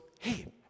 hey